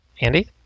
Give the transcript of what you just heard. Andy